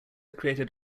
created